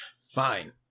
Fine